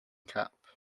cap